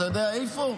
אתה יודע איפה?